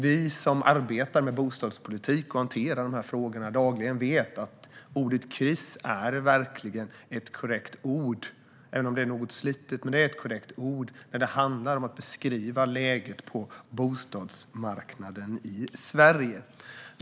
Vi som arbetar med bostadspolitik och hanterar dessa frågor dagligen vet att ordet kris verkligen är ett korrekt ord, även om det är något slitet, när det handlar om att beskriva läget på bostadsmarknaden i Sverige.